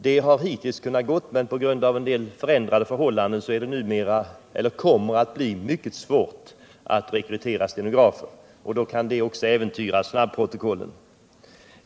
Det har hittills gått, men på grund av en del förändrade förhållanden kommer det nu att bli mycket svårt att rekrytera stenografer, och det kan då också äventyra snabbprotokollen.